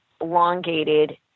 elongated